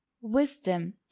wisdom